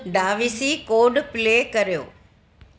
डाविसी code play करियो